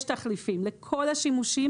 יש תחליפים לכל השימושים.